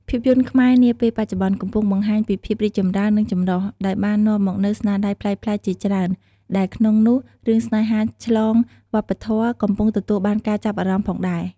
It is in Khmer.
ភាពយន្តខ្មែរនាពេលបច្ចុប្បន្ន កំពុងបង្ហាញពីភាពរីកចម្រើន និងចម្រុះ ដោយបាននាំមកនូវស្នាដៃប្លែកៗជាច្រើន ដែលក្នុងនោះរឿងស្នេហាឆ្លងវប្បធម៌ក៏កំពុងទទួលបានការចាប់អារម្មណ៍ផងដែរ ។